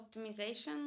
optimization